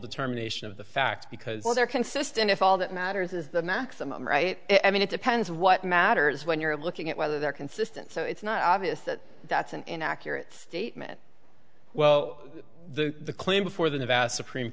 determination of the facts because they're consistent if all that matters is the maximum right i mean it depends what matters when you're looking at whether they're consistent so it's not obvious that that's an inaccurate statement well the claim before the vast supreme